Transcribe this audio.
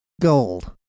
Gold